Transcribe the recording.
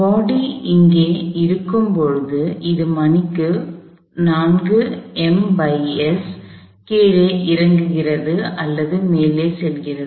பாடி இங்கே இருக்கும் போது அது மணிக்கு கீழே இறங்குகிறது அல்லது மேலே செல்கிறது